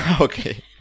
Okay